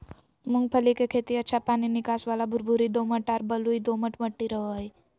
मूंगफली के खेती अच्छा पानी निकास वाला भुरभुरी दोमट आर बलुई दोमट मट्टी रहो हइ